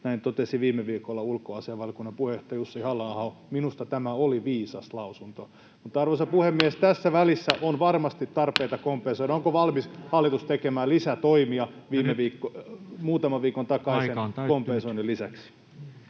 Näin totesi viime viikolla ulkoasiainvaliokunnan puheenjohtaja Jussi Halla-aho. Minusta tämä oli viisas lausunto. Mutta, arvoisa puhemies, tässä välissä on varmasti tarpeita kompensoida. Onko hallitus valmis tekemään lisätoimia muutaman viikon takaisen [Puhemies: